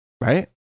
Right